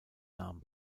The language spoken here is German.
nahm